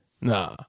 Nah